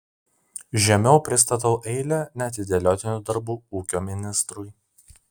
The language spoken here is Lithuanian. žemiau pristatau eilę neatidėliotinų darbų ūkio ministrui